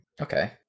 Okay